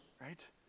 Right